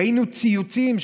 ראינו ציוצים,